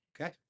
Okay